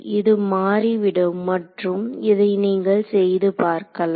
இது மாறிவிடும் மற்றும் இதை நீங்கள் செய்து பார்க்கலாம்